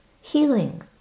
healing